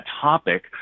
topic